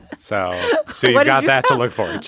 so so i got back to look for it